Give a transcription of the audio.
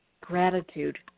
Gratitude